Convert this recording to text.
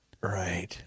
Right